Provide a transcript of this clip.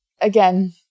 again